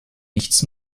nichts